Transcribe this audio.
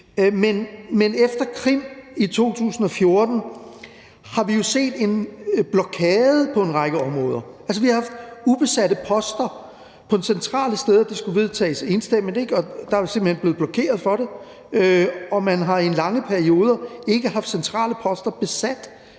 Men efter Krim i 2014 har vi jo set en blokade på en række områder. Vi har haft ubesatte poster på centrale steder, og det skulle vedtages enstemmigt, og der er simpelt hen blevet blokeret for det, og man har i lange perioder ikke haft centrale poster besat